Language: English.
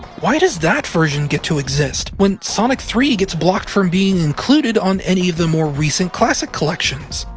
why does that version get to exist, when sonic three gets blocked from being included on any of the more recent classic collections?